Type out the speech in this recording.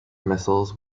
missiles